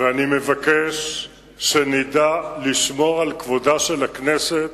ואני מבקש שנדע לשמור על כבודה של הכנסת